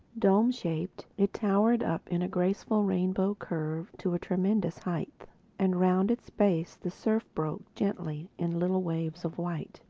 dome-shaped, it towered up in a graceful rainbow curve to a tremendous height and round its base the surf broke gently in little waves of white.